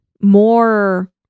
more